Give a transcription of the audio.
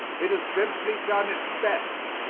it has simply done its best,